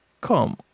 Come